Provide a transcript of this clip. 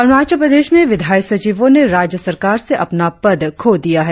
अरुणाचल प्रदेश में विधायी सचिवों ने राज्य सरकार में अपना पद खो दिया है